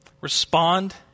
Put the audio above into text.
Respond